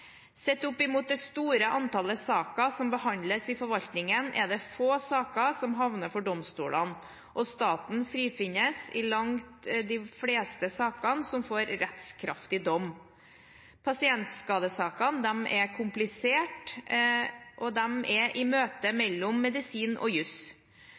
Sett opp mot det store antallet saker som behandles i forvaltningen, er det få saker som havner for domstolene, og staten frifinnes i langt de fleste sakene som får rettskraftig dom. Pasientskadesaker er komplisert, og de er i